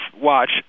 watch